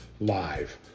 live